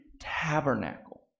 tabernacle